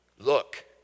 Look